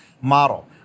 model